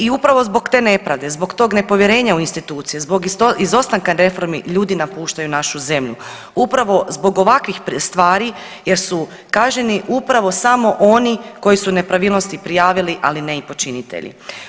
I upravo zbog te nepravde, zbog tog nepovjerenja u institucije, zbog izostanka reformi, ljudi napuštaju našu zemlju, upravo zbog ovakvih stvari jer su kažnjeni upravo samo oni koji su nepravilnosti prijavili, ali ne i počinitelji.